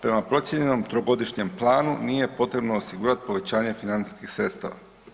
Prema procijenjenom trogodišnjem planu nije potrebno osigurati povećanje financijskih sredstava.